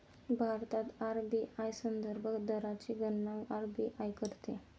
भारतात आर.बी.आय संदर्भ दरची गणना आर.बी.आय करते